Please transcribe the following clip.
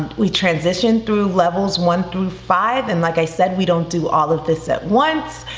we transition through levels one through five and like i said, we don't do all of this at once.